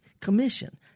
commission